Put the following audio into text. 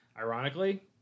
Ironically